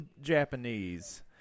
Japanese